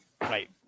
right